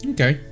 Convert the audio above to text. Okay